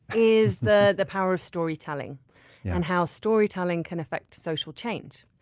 is the the power of storytelling yeah and how storytelling can affect social change.